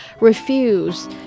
refuse